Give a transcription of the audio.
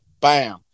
Bam